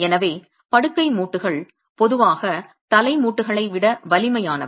எனவே படுக்கை மூட்டுகள் பொதுவாக தலை மூட்டுகளை விட வலிமையானவை